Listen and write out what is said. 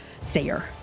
Sayer